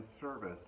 service